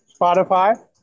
Spotify